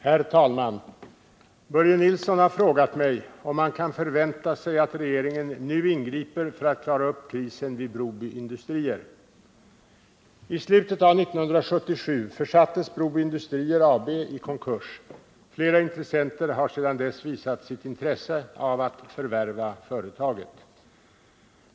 Herr talman! Börje Nilsson har frågat mig om man kan förvänta sig att regeringen nu ingriper för att klara upp krisen vid Broby Industrier. I slutet av år 1977 försattes Broby Industrier AB i konkurs. Flera intressenter har sedan dess visat sitt intresse av att förvärva företaget.